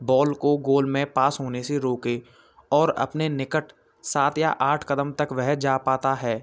ball को goal में pass होने से रोके और अपने निकट सात या आठ क़दम तक वह जा पाता है